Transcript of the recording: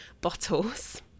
bottles